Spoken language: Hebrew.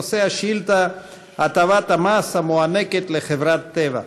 נושא השאילתה: הטבת המס המוענקת לחברת טבע.